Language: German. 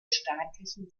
staatlichen